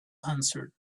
answered